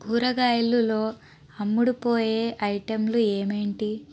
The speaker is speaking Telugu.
కూరగాయలులో అమ్ముడుపోయే ఐటెంలు ఏమేమిటి